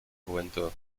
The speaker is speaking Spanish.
juventud